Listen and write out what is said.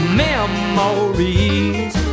memories